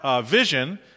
vision